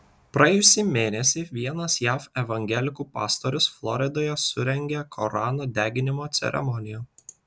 praėjusį mėnesį vienas jav evangelikų pastorius floridoje surengė korano deginimo ceremoniją